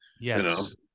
Yes